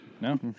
No